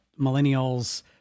millennials